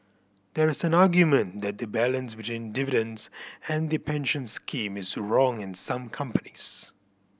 there is an argument that the balance between dividends and the pension scheme is wrong in some companies